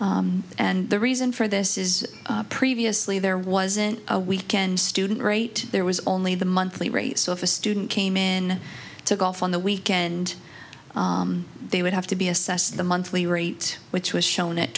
holes and the reason for this is previously there wasn't a weekend student rate there was only the monthly rate so if a student came in took off on the weekend they would have to be assessed the monthly rate which was shown at